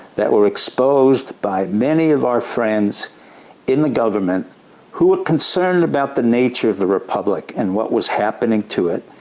that were exposed by many of our friends in the government who were concerned about the nature of the republic and what was happening to it,